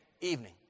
evening